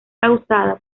causada